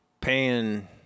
paying